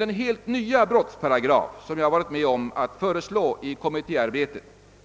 Den helt nya brottsparagraf som jag har varit med om att föreslå i kommitté arbetet